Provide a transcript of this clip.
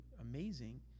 amazing